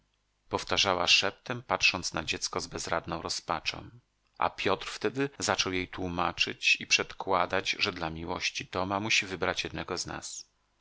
powtarzała szeptem patrząc na dziecko z bezradną rozpaczą a piotr wtedy zaczął jej tłumaczyć i przedkładać że dla miłości toma musi wybrać jednego z nas